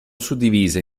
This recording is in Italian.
suddivise